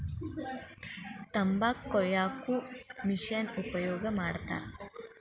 ತಂಬಾಕ ಕೊಯ್ಯಾಕು ಮಿಶೆನ್ ಉಪಯೋಗ ಮಾಡತಾರ